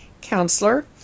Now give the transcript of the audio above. counselor